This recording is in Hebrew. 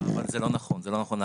אבל זה לא נכון להגיד,